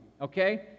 Okay